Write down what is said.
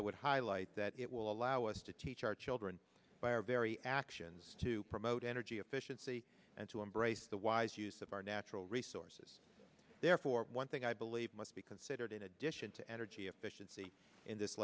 i would highlight that it will allow us to teach our children by our very actions to promote energy efficiency and to embrace the wise use of our natural resources therefore one thing i believe must be considered in addition to energy efficiency in this